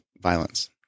violence